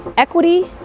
equity